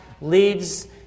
leads